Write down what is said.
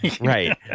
Right